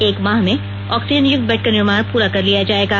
एक माह में आक्सीजनयुक्त बेड का निर्माण पूरा कर लिया जाएगा